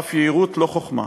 אף היהירות, ולא חוכמה.